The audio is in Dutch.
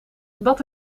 dat